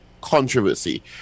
controversy